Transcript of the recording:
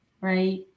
right